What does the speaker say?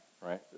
right